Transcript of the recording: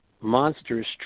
monstrous